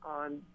on